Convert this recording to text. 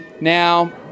Now